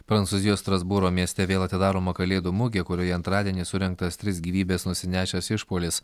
prancūzijos strasbūro mieste vėl atidaroma kalėdų mugė kurioje antradienį surengtas tris gyvybes nusinešęs išpuolis